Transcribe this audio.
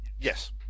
Yes